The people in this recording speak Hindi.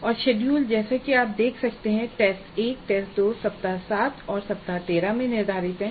और शेड्यूल जैसा कि आप देख सकते हैं कि टेस्ट 1 और टेस्ट 2 सप्ताह 7 और सप्ताह 13 में निर्धारित हैं